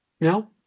no